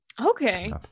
okay